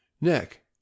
neck